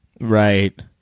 Right